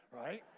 right